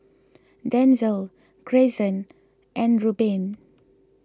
Denzell Greyson and Rubin